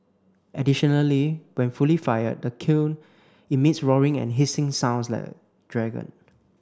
additionally when fully fired the kiln emits roaring and hissing sounds like a dragon